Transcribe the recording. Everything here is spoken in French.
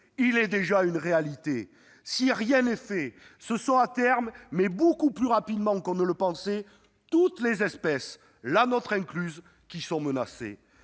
il est déjà une réalité. Si rien n'est fait, à terme, et beaucoup plus rapidement qu'on ne le pensait, toutes les espèces, la nôtre incluse, seront menacées.